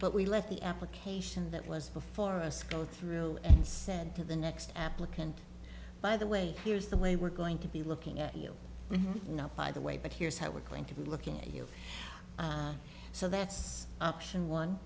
but we let the application that was before us go through and said to the next applicant by the way here's the way we're going to be looking at you not by the way but here's how we're going to be looking at you so that's option one